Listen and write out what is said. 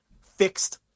fixed